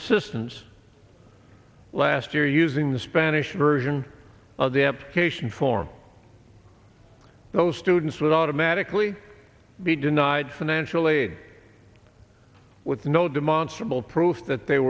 assistance last year using the spanish version of the application form those students would automatically be denied financial aid with no demonstrably proof that they